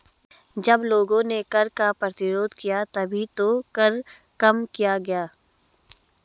जब लोगों ने कर का प्रतिरोध किया तभी तो कर कम किया गया